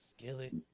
Skillet